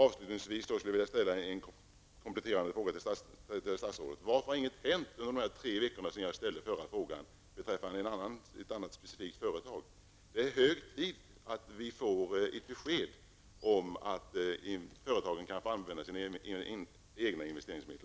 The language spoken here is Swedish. Avslutningsvis vill jag ställa följande kompletterande fråga till statsrådet. Varför har inget hänt under de tre veckor som har gått sedan jag ställde min förra fråga beträffande ett annat specifikt företag? Det är hög tid att vi får ett besked om att företagen kan få använda sina egna investeringsmedel.